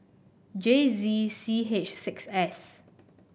J Z C H six S